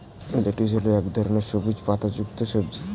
lettuce হল এক ধরনের সবুজ পাতাযুক্ত সবজি